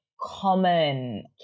common